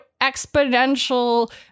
exponential